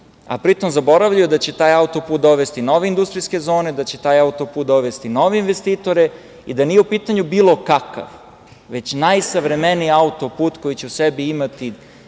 a pri tome zaboravljaju da će taj auto-put dovesti nove industrijske zone, da će taj auto-put dovesti nove investitore i da nije u pitanju bilo kakav, već najsavremeniji auto-put, koji će u sebi imati